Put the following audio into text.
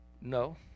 No